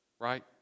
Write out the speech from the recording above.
right